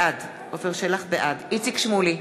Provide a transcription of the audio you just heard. בעד איציק שמולי,